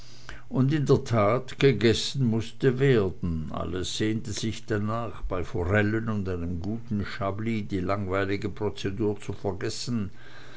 und in der tat gegessen mußte werden alles sehnte sich danach bei forellen und einem guten chablis die langweilige prozedur zu vergessen